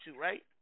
right